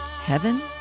Heaven